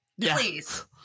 please